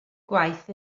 gwaith